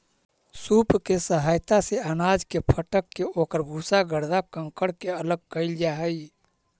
सूप के सहायता से अनाज के फटक के ओकर भूसा, गर्दा, कंकड़ के अलग कईल जा हई